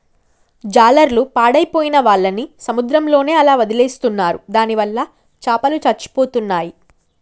జాలర్లు పాడైపోయిన వాళ్ళని సముద్రంలోనే అలా వదిలేస్తున్నారు దానివల్ల చాపలు చచ్చిపోతున్నాయి